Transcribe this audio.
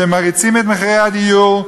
שמריצים את מחירי הדיור,